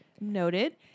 Noted